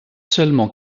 seulement